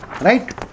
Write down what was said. Right